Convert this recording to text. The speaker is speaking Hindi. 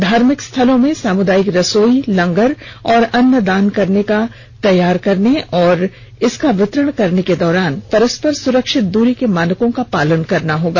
धार्मिक स्थलों में सामुदायिक रसोई लंगर और अन्न दान तैयार करने और इसका वितरण करने के दौरान परस्पर सुरक्षित दूरी के मानकों का पालन करना होगा